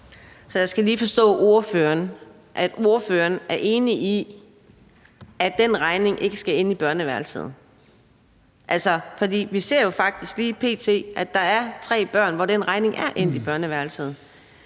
Så jeg skal lige forstå ordføreren, altså at ordføreren er enig i, at den regning ikke skal ende i børneværelset? For vi ser jo faktisk lige p.t., at der er tre børn, hvor den regning er endt i børneværelset,